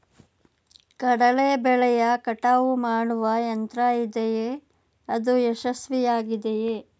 ಕಡಲೆ ಬೆಳೆಯ ಕಟಾವು ಮಾಡುವ ಯಂತ್ರ ಇದೆಯೇ? ಅದು ಯಶಸ್ವಿಯಾಗಿದೆಯೇ?